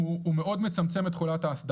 מי שמניח ציוד תקשורת ונותן על גביו שירות תקשורת,